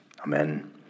Amen